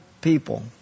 people